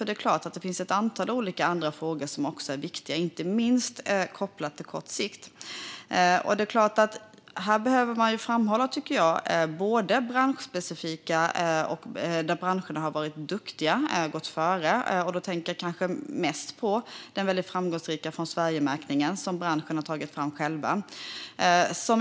Det är klart att det finns ett antal olika andra frågor som också är viktiga, inte minst på kort sikt. Här tycker jag att man behöver framhålla branschspecifika frågor, där branscherna har varit duktiga och gått före. Då tänker jag kanske mest på den framgångsrika märkningen Från Sverige som branschen själv har tagit fram.